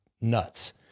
nuts